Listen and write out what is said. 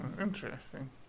interesting